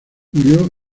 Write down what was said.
murió